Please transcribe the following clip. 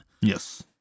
Yes